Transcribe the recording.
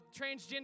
transgender